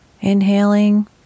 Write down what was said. Inhaling